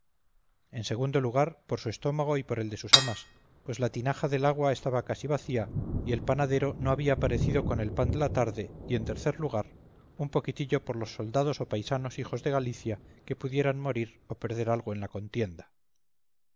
en segundo lugar por su estómago y por el de sus amas pues la tinaja del agua estaba casi vacía y el panadero no había parecido con el pan de la tarde y en tercer lugar un poquitillo por los soldados o paisanos hijos de galicia que pudieran morir o perder algo en la contienda